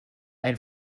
ein